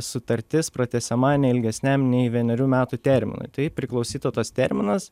sutartis pratęsiama ne ilgesniam nei vienerių metų terminui tai priklausytų tas terminas